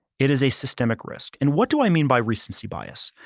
it is a systemic risk. and what do i mean by recency bias?